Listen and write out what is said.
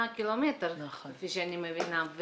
קילומטר, כפי שאני מבינה.